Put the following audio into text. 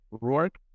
Rourke